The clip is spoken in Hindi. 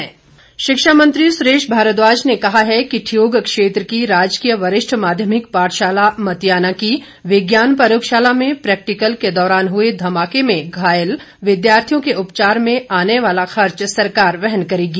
सुरेश भारद्वाज शिक्षा मंत्री सुरेश भारद्वाज ने कहा है कि ठियोग क्षेत्र की राजकीय वरिष्ठ माध्यमिक पाठशाला मतियाना की विज्ञान प्रयोगशाला में प्रैक्टिकल के दौरान हुए धमाके में घायल विद्यार्थियों के उपचार में आने वाला खर्च सरकार वहन करेगी